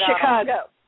Chicago